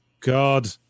God